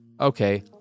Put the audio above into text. okay